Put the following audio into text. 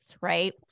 right